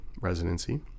residency